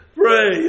pray